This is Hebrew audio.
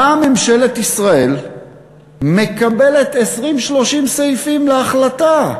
באה ממשלת ישראל ומקבלת 20 30 סעיפים להחלטה.